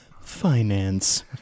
finance